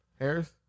Harris